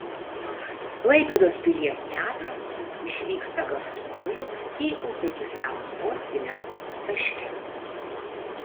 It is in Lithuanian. klaipėdos pilies teatras išvyksta gastrolių į uzbekistano sostinę taškentą